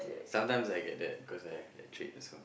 sometimes I get that cause I I trade also